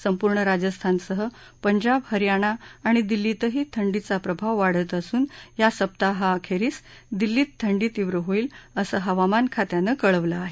संपूर्ण राजस्थानसह पंजाब हरयाणा आणि दिल्लीतही थंडीचा प्रभाव वाढत असून या सप्ताहाअखेरीस दिल्लीत थंडी तीव्र होईल असं हवामान खात्यानं कळवलं आहे